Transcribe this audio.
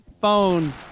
phone